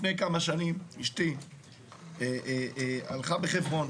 לפני כמה שנים, אשתי הלכה בחברון